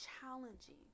challenging